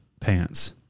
pants